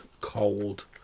cold